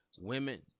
women